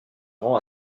rend